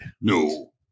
No